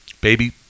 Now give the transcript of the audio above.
Baby